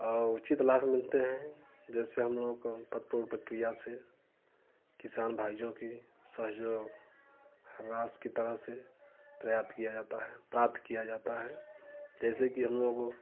और उचित लाभ मिलते हैं जैसे हम लोग को प्रतिपूर्ति प्रक्रिया से किसान भाइयों की सहयोग राशि की तरह से पर्याप्त किया जाता है प्राप्त किया जाता है जैसे कि हम लोगों को